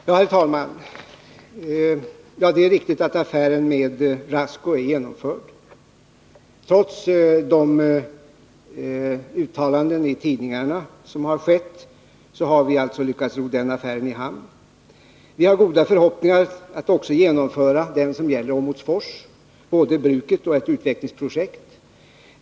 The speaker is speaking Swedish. Herr talman! Det är riktigt att affären med Rasco är genomförd. Trots de uttalanden som gjorts i tidningarna har vi alltså lyckats ro den affären i hamn. Vi har goda förhoppningar om att också kunna genomföra den affär som gäller Åmotfors — både bruket och ett utvecklingsprojekt.